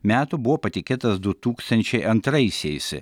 metų buvo patikėtas du tūkstančiai antraisiais